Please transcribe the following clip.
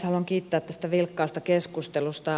haluan kiittää tästä vilkkaasta keskustelusta